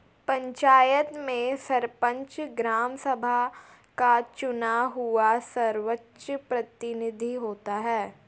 पंचायत में सरपंच, ग्राम सभा का चुना हुआ सर्वोच्च प्रतिनिधि होता है